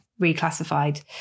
reclassified